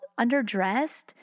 underdressed